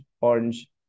orange